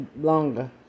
longer